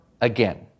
again